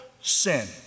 sin